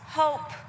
hope